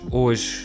hoje